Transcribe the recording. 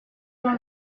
dans